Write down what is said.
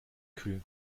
kühlen